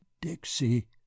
Dixie